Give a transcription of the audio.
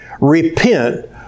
repent